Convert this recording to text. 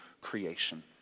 creation